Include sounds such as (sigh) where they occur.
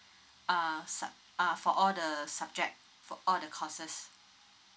(breath) uh sub~ uh for all the subject for all the courses